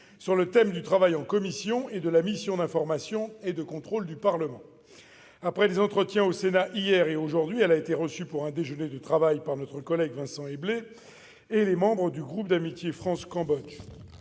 sur les thèmes du travail en commission et de la mission d'information et de contrôle du Parlement. Après des entretiens au Sénat hier et aujourd'hui, elle a été reçue pour un déjeuner de travail par notre collègue Vincent Éblé et les membres du groupe d'amitié France-Cambodge.